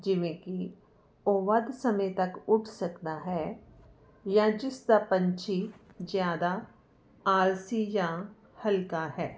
ਜਿਵੇਂ ਕਿ ਉਹ ਵੱਧ ਸਮੇਂ ਤੱਕ ਉੱਡ ਸਕਦਾ ਹੈ ਜਾਂ ਜਿਸ ਦਾ ਪੰਛੀ ਜ਼ਿਆਦਾ ਆਲਸੀ ਜਾਂ ਹਲਕਾ ਹੈ